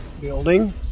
Building